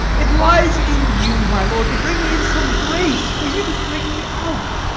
it lies in you, my lord, to bring me in some grace, for you did bring me out.